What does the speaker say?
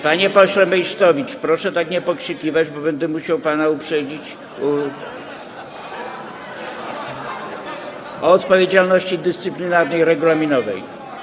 Panie pośle Meysztowicz, proszę tak nie pokrzykiwać, bo będę musiał pana uprzedzić o odpowiedzialności dyscyplinarnej i regulaminowej.